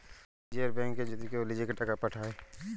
লীযের ব্যাংকে যদি কেউ লিজেঁকে টাকা পাঠায়